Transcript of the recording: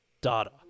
data